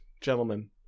gentlemen